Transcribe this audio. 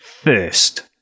first